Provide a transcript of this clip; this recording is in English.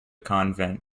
convent